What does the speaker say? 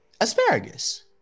asparagus